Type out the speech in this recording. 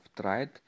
tried